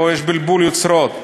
פה יש בלבול יוצרות.